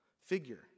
figure